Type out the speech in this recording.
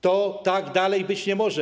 Tak dalej być nie może.